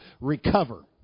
recover